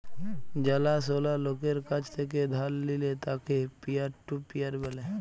জালা সলা লকের কাছ থেক্যে ধার লিলে তাকে পিয়ার টু পিয়ার ব্যলে